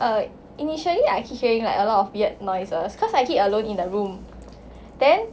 err initially I hearing a lot of like weird noises cause I keep alone in the room then